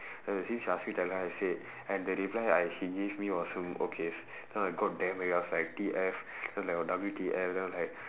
then I say she ask me tell her I said and the reply I she give me was hmm okay then I got damn angry I was like T_F then I was like oh W_T_F then I like